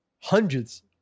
hundreds